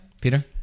Peter